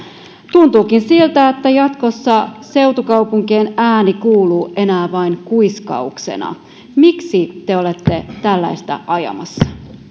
tuntuukin siltä että jatkossa seutukaupunkien ääni kuuluu enää vain kuiskauksena miksi te olette tällaista ajamassa